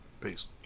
Peace